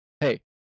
hey